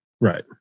Right